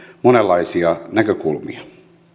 monenlaisia näkökulmia